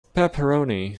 pepperoni